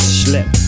slip